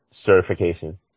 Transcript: Certification